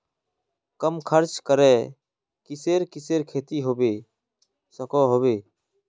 कम खर्च करे किसेर किसेर खेती होबे सकोहो होबे?